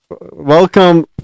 Welcome